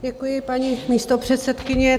Děkuji, paní místopředsedkyně.